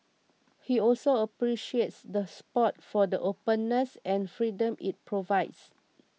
he also appreciates the spot for the openness and freedom it provides